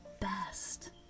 best